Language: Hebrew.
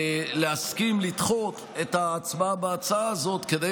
להסכים לדחות את ההצבעה בהצעה הזאת כדי